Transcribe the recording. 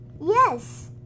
Yes